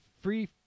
free